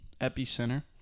epicenter